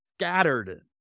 scattered